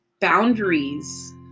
boundaries